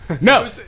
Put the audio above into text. No